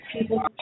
people